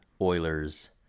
Oilers